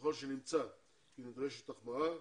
ככל שנמצא כי נדרשת החמרה,